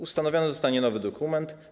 Ustanowiony zostanie nowy dokument.